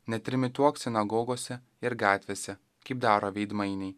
netrimituok sinagogose ir gatvėse kaip daro veidmainiai